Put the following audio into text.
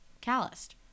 calloused